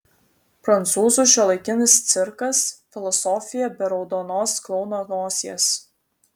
prancūzų šiuolaikinis cirkas filosofija be raudonos klouno nosies